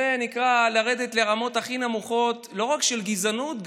זה נקרא לרדת לרמות הכי נמוכות לא רק של גזענות,